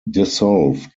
dissolved